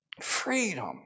Freedom